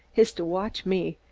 is to watch me,